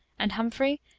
and, humphrey,